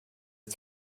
des